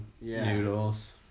noodles